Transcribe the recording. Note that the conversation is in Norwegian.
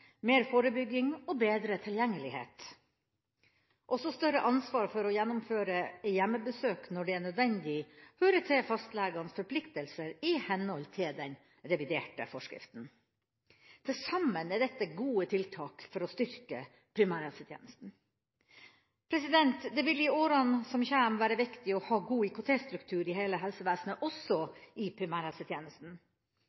mer forebygging og bedre tilgjengelighet. Også større ansvar for å gjennomføre hjemmebesøk når det er nødvendig, hører til fastlegenes forpliktelser i henhold til den reviderte forskriften. Til sammen er dette gode tiltak for å styrke primærhelsetjenesten. Det vil i årene som kommer være viktig å ha en god IKT-struktur i hele helsevesenet, også